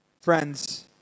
Friends